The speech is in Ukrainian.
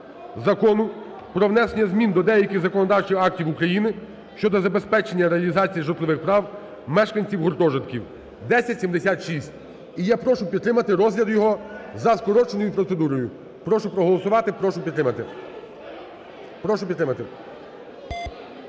Закону про внесення змін до деяких законодавчих актів України щодо забезпечення реалізації житлових прав мешканців гуртожитків (1076). І я прошу підтримати розгляд його за скороченою процедурою. Прошу проголосувати, прошу підтримати, прошу підтримати.